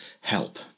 help